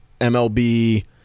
MLB